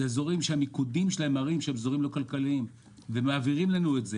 אלה אזורים שהמיקומים שלהם מראים שהם לא כלכליים ומעבירים אלינו את זה.